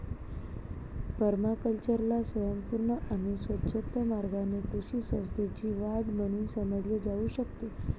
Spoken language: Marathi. पर्माकल्चरला स्वयंपूर्ण आणि शाश्वत मार्गाने कृषी परिसंस्थेची वाढ म्हणून समजले जाऊ शकते